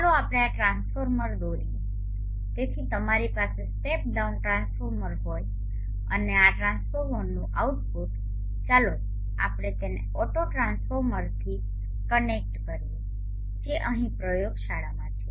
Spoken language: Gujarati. ચાલો આપણે આ ટ્રાન્સફોર્મર દોરીએ જેથી તમારી પાસે સ્ટેપ ડાઉન ટ્રાન્સફોર્મર હોય અને આ ટ્રાન્સફોર્મરનું આઉટપુટ ચાલો આપણે તેને ઓટોટ્રાન્સફોર્મરથી કનેક્ટ કરીએ જે અહીં પ્રયોગશાળામાં છે